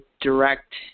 direct